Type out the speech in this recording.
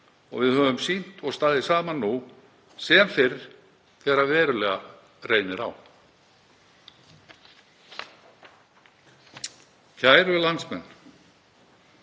og við höfum sýnt og staðið saman nú sem fyrr þegar verulega reynir á. Kæru landsmenn.